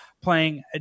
playing